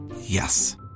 Yes